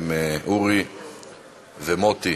עם אורי ומוטי.